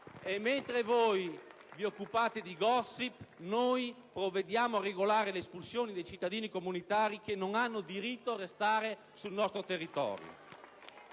e mentre voi vi occupate di *gossip,* noi provvediamo a regolare l'espulsione dei cittadini comunitari che non hanno diritto a restare sul nostro territorio.